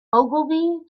ogilvy